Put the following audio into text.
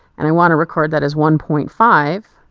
and i want to record that as one point five.